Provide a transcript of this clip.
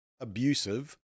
abusive